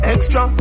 Extra